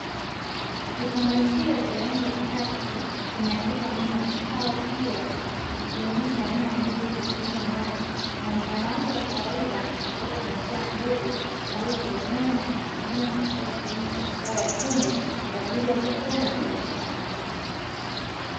Kifungashio cha rangi ya kaki kimeandikwa neno "Cow Peas", kikionesha aina ya mbegu zilizomo ndani, muonekano wake wa kawaida unaleta taswira ya mbegu zinazotegemewa na kuthaminiwa katika kilimo cha mazao ya kunde kwa ajili ya chakula na biashara.